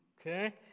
okay